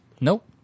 Nope